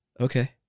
Okay